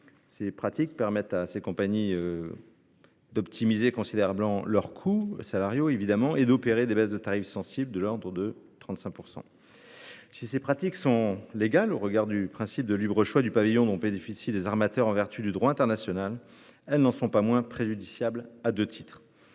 Ces pratiques permettent aux compagnies concernées d'optimiser considérablement leurs coûts salariaux et de pratiquer des baisses de tarifs sensibles, de l'ordre de 35 %. Si ces pratiques sont légales au regard du principe de libre choix du pavillon, dont les armateurs bénéficient en vertu du droit international, elles n'en sont pas moins préjudiciables, à deux titres.